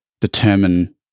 determine